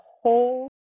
whole